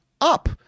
up